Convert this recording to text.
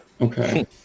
Okay